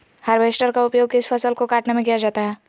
Harvester का उपयोग किस फसल को कटने में किया जाता है?